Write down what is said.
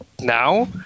now